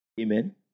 Amen